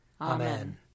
Amen